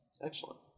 Excellent